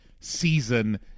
season